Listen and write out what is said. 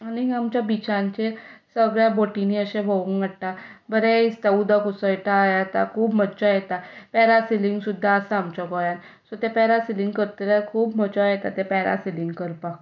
आनी आमच्या बिचांचेर सगल्या बोटींनी अशें भोवूंक मेळटा बरें दिसता उदक उसळटा हें जाता खूब मज्जा येता पॅरासिलींग सुद्दां आसा आमच्या गोंयान सो तें पॅरा सिलींग करतले जाल्यार खूब मजा येता तें पॅरासिलींग करपाक